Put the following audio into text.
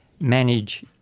manage